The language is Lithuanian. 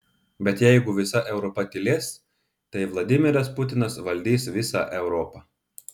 bet jeigu visa europa tylės tai vladimiras putinas valdys visą europą